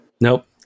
Nope